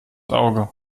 auge